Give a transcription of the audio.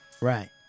Right